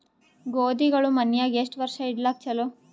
ಗೋಧಿಗಳು ಮನ್ಯಾಗ ಎಷ್ಟು ವರ್ಷ ಇಡಲಾಕ ಚಲೋ?